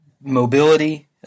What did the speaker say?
mobility